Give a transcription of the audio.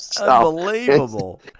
Unbelievable